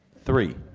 three.